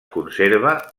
conserva